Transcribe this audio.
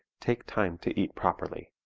take time to eat properly.